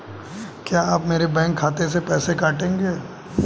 क्या आप मेरे बैंक खाते से पैसे काटेंगे?